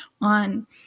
on